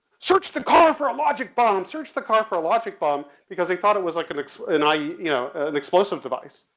search the car for a logic bomb, search the car for a logic bomb. because he thought it was like an explos, an ie, you know an explosive device,